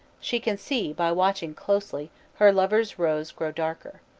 she can see, by watching closely, her lover's rose grow darker.